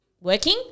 working